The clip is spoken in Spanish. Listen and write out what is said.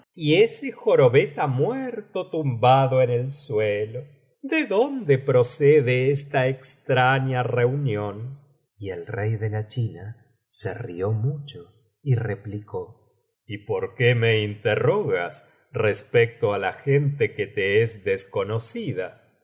y ese jorobeta muerto tumbado en el suelo de dónde procede esta extraña reunión y el rey de la china se rió mucho y replicó y por qué me interrogas respecto á la gente que te es desconocida